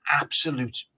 absolute